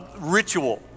ritual